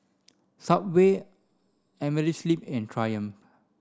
Subway Amerisleep and Triumph